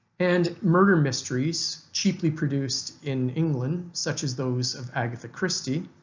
and murder mysteries cheaply produced in england such as those of agatha christie,